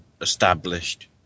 established